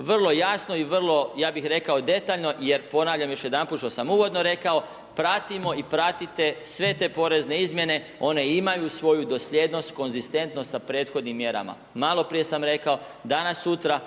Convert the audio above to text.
Vrlo jasno i vrlo, ja bih rekao detaljno jer ponavljam još jedanput što sam uvodno rekao, pratimo i pratite sve te porezne izmjene. One imaju svoju doslijednost, konzistentnost sa prethodnim mjerama. Malo prije sam rekao, danas-sutra